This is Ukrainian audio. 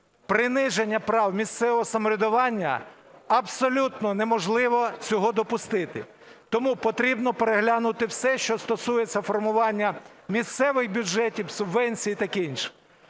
приниження прав місцевого самоврядування - абсолютно неможливо цього допустити. Тому потрібно переглянути все, що стосується формування місцевих бюджетів, субвенцій і таке інше.